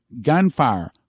Gunfire